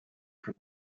from